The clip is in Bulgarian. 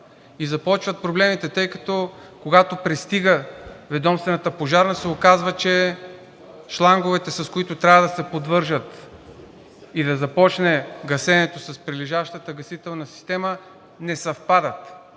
Започват проблемите, тъй като, когато пристига ведомствената пожарна, се оказва, че шланговете, с които трябва да се подвържат и да започне гасенето с прилежащата гасителна система, не съвпадат.